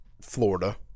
Florida